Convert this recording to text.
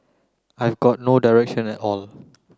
I've got no direction at all